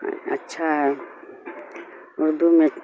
اچھا اردو میں